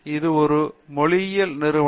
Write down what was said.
இது ஒரு மொழியியல் நிறுவனம்